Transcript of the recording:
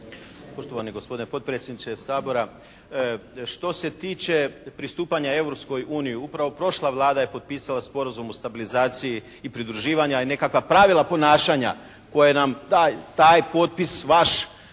Poštovani gospodine potpredsjedniče Sabora. Što se tiče pristupanja Europskoj uniji, upravo prošla Vlada je potpisala Sporazum o stabilizaciji i pridruživanju i nekakva pravila ponašanja koje nam taj potpis vaš